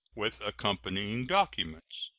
with accompanying documents.